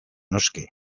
noski